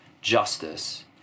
justice